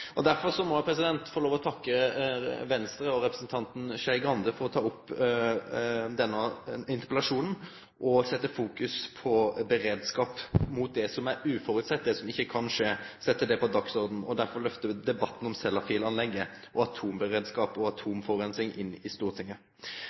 Derfor må eg få lov å takke Venstre og representanten Skei Grande for å ta opp denne interpellasjonen og setje fokus på beredskap mot det som er uføresett, det som ikkje kan skje, setje det på dagsordenen og dermed lyfte debatten om Sellafield-anlegget og atomberedskap og